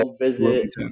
visit